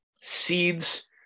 seeds